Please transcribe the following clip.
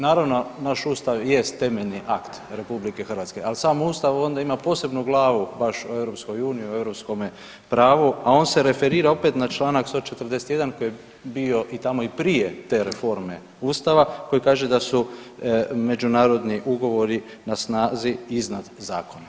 Naravno, naš ustav jest temeljni akt RH, al sam ustav onda ima posebnu glavu baš u EU, u europskome pravu, a on se referira opet na čl. 141. koji je bio i tamo i prije te reforme ustava koji kaže da su međunarodni ugovori na snazi iznad zakona.